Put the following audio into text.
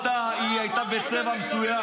אתה לא בשוק.